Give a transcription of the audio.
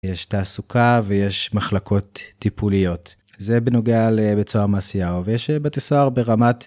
יש תעסוקה ויש מחלקות טיפוליות, זה בנוגע לבית סוהר מעשייהו. ויש בתי סוהר ברמת.